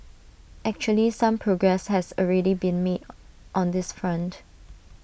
actually some progress has already been made on this front